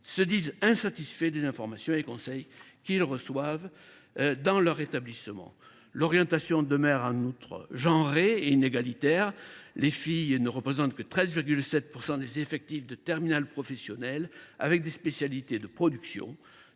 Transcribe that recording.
se disent insatisfaits des informations et des conseils qu’ils reçoivent dans leur établissement. L’orientation demeure en outre genrée et inégalitaire : les filles ne représentent que 13,7 % des effectifs de terminale professionnelle avec des spécialités de production.